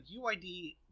UID